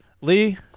Lee